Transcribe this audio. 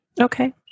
Okay